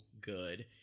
good